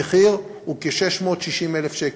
המחיר הוא כ-660,000 שקל.